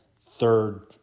third